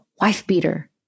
wife-beater